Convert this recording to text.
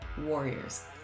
warriors